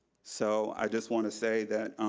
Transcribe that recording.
so i just want to say that,